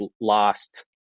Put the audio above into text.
lost